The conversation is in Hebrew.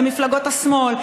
למפלגות השמאל,